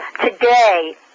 Today